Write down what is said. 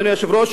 אדוני היושב-ראש,